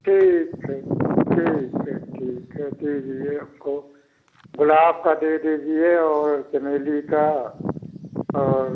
ठीक ठीक ठीक है ठीक है दे दीजिएगा हमको गुलाब का दे दीजिए और चमेली का और